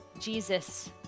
Jesus